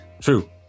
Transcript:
True